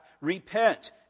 Repent